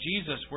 Jesus